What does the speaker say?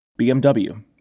BMW